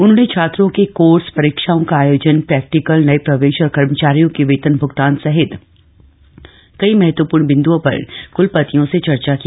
उन्होंने छात्रों के कोर्स परीक्षाओं का आयोजन प्रैक्टिकल नए प्रवेश और कर्मचारियों के वेतन भ्गतान सहित कई महत्वपूर्ण बिन्दुओं पर क्लपतियों से चर्चा की